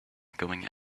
going